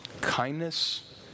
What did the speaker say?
kindness